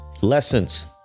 Lessons